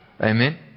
Amen